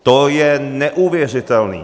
To je neuvěřitelné.